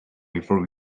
before